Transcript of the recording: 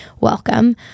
welcome